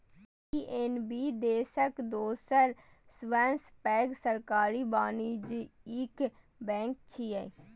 PNB देशक दोसर सबसं पैघ सरकारी वाणिज्यिक बैंक छियै